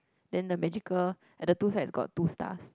then the magical at the two sides got two stars